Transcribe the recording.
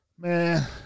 Man